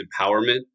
empowerment